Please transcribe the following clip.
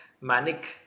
manic